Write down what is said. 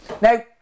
now